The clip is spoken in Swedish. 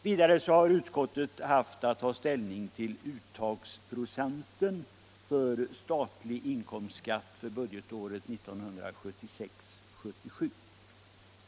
Vidare har utskottet haft att ta ställning till uttagsprocenten för statlig inkomstskatt för budgetåret 1976/77.